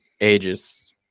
ages